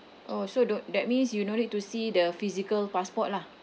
oh so don~ that means you no need to see the physical passport lah